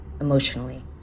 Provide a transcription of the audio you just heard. emotionally